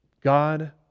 God